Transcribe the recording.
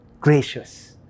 Gracious